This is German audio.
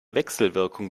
wechselwirkung